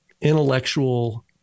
intellectual